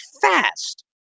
fast